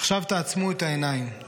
"עכשיו תעצמו את העיניים / דמיינו: